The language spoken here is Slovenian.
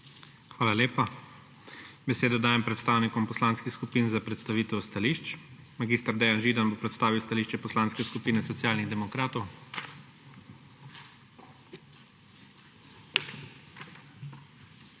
Hvala lepa. Besedo dajem predstavnikom poslanskih skupin za predstavitev stališč. Mag. Dejan Židan bo predstavil stališče Poslanske skupine Socialnih demokratov. **MAG.